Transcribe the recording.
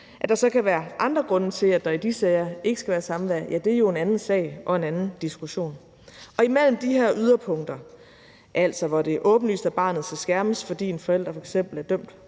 At der så kan være andre grunde til, at der i de sager ikke skal være samvær, er jo en anden sag og en anden diskussion. Imellem de her to yderpunkter, altså sager, hvor det er åbenlyst, at barnet skal skærmes, fordi en forælder f.eks. er dømt